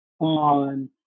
on